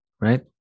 right